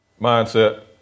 mindset